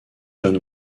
john